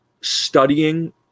studying